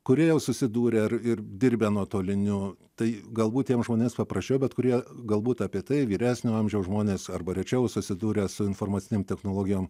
kurioje susidūrė ir dirbę nuotoliniu tai galbūt jiems šaunias paprašiau bet kurie galbūt apie tai vyresnio amžiaus žmonės arba rečiau susidūrę su informacinėm technologijom